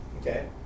Okay